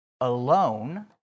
alone